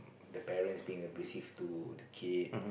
the parents being abusive to the kid